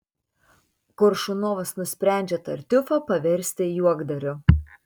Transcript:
koršunovas nusprendžia tartiufą paversti juokdariu